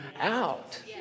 out